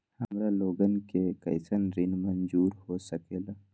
हमार लोगन के कइसन ऋण मंजूर हो सकेला?